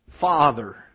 father